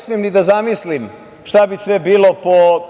smem ni da zamislim šta bi sve bilo po